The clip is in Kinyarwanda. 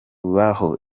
baho